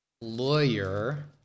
lawyer